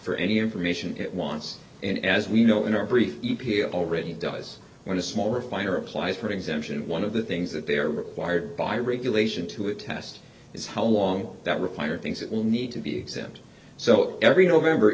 for any information it wants and as we know in our brief e p a already does when a smaller fire applies for an exemption and one of the things that they are required by regulation to a test is how long that require thinks it will need to be exempt so every november